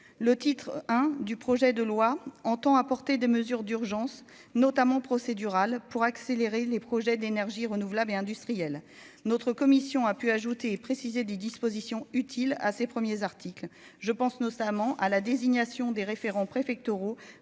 le titre hein, du projet de loi entend apporter des mesures d'urgence notamment procédurale pour accélérer les projets d'énergies renouvelables et industriels, notre commission a pu ajouter, préciser des dispositions utiles à ses premiers articles, je pense notamment à la désignation des référents préfectoraux